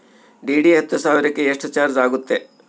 DD ಹತ್ತು ಸಾವಿರಕ್ಕೆ ಎಷ್ಟು ಚಾಜ್೯ ಆಗತ್ತೆ?